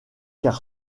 car